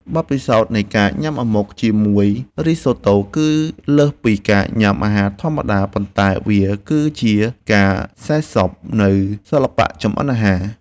បទពិសោធន៍នៃការញ៉ាំអាម៉ុកជាមួយរីសូតូគឺលើសពីការញ៉ាំអាហារធម្មតាប៉ុន្តែវាគឺជាការសេពស៊ប់នូវសិល្បៈចម្អិនអាហារ។